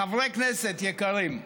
חברי כנסת יקרים,